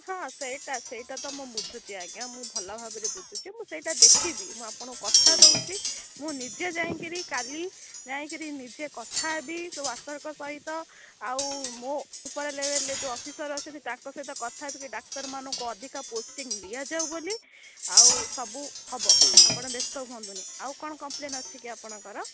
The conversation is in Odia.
ହଁ ସେଇଟା ସେଇଟା ତ ମୁଁ ବୁଝୁଛି ଆଜ୍ଞା ମୁଁ ଭଲ ଭାବରେ ବୁଝୁଛି ମୁଁ ସେଇଟା ଦେଖିବି ମୁଁ ଆପଣଙ୍କୁ କଥା ଦେଉଛି ମୁଁ ନିଜେ ଯାଇକରି କାଲି ଯାଇକିରି ନିଜେ କଥା ହେବି ୱାର୍କରଙ୍କ ସହିତ ଆଉ ମୋ ଉପର ଲେଭେଲରେ ଯେଉଁ ଅଫିସର ଅଛନ୍ତି ତାଙ୍କ ସହିତ କଥା ହେବିକି ଡାକ୍ତରମାନଙ୍କୁ ଅଧିକା ପୋଷ୍ଟିଂ ଦିଆଯାଉ ବୋଲି ଆଉ ସବୁ ହବ ଆପଣ ବ୍ୟସ୍ତ ହୁଅନ୍ତୁନି ଆଉ କ'ଣ କମ୍ପ୍ଲେନ୍ ଅଛି କି ଆପଣଙ୍କର